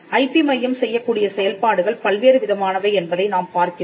IP மையம் செய்யக்கூடிய செயல்பாடுகள் பல்வேறு விதமானவை என்பதை நாம் பார்க்கிறோம்